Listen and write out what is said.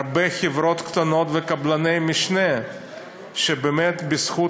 הרבה חברות קטנות וקבלני משנה שבאמת בזכות